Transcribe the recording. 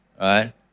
right